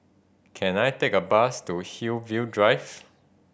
can I take a bus to Hillview Drive